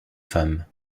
femme